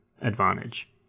advantage